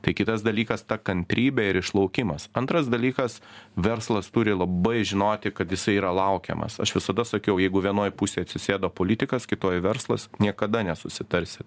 tai kitas dalykas ta kantrybė ir išlaukimas antras dalykas verslas turi labai žinoti kad jisai yra laukiamas aš visada sakiau jeigu vienoj pusėj atsisėdo politikas kitoj verslas niekada nesusitarsi